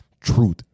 truth